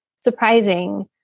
surprising